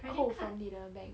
扣 from 你的 bank